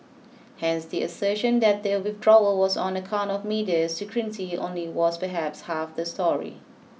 hence the assertion that the withdrawal was on account of media scrutiny only was perhaps half the story